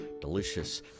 Delicious